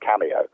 cameo